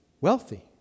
wealthy